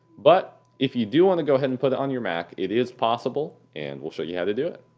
but if you do want to go ahead and put it on your mac it is possible and we'll show you how to do it.